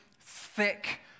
thick